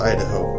Idaho